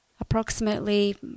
approximately